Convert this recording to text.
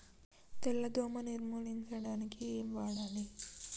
తెల్ల దోమ నిర్ములించడానికి ఏం వాడాలి?